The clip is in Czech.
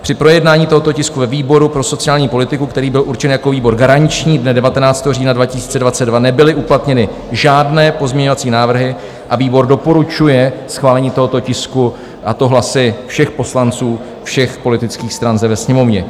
Při projednávání tohoto tisku ve výboru pro sociální politiku, který byl určen jako výbor garanční, dne 19. října 2022, nebyly uplatněny žádné pozměňovací návrhy a výbor doporučuje schválení tohoto tisku, a to hlasy všech poslanců všech politických stran zde ve Sněmovně.